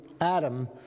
Adam